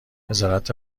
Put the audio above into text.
وزارت